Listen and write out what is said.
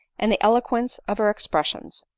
and the elo quence of her expressions.